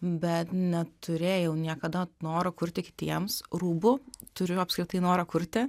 bet neturėjau niekada noro kurti kitiems rūbų turiu apskritai norą kurti